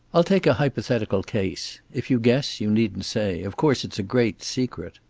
i'll take a hypothetical case. if you guess, you needn't say. of course it's a great secret.